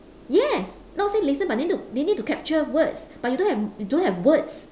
yes not say listen but they need to they need to capture words but you don't have you don't have words